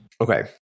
Okay